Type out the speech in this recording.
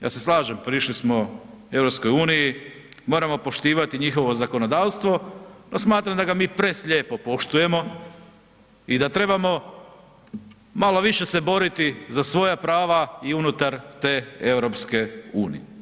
Ja se slažem, prišli smo EU, moramo poštivati njihovo zakonodavstvo, no smatram da ga mi preslijepo poštujemo i da trebamo malo više se boriti za svoja prava i unutar te EU.